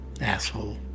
Asshole